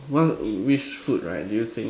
what which food right do you think